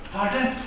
Pardon